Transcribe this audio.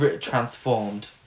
Transformed